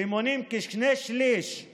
שהם כשני שלישים